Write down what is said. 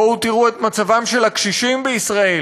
בואו תראו את מצבם של הקשישים בישראל,